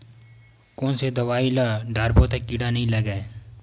कोन से दवाई ल डारबो त कीड़ा नहीं लगय?